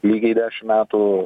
lygiai dešim metų